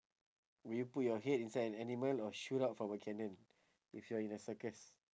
will you put your head inside an animal or shoot out from a cannon if you're in a circus